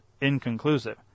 inconclusive